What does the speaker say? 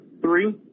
three